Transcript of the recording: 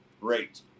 great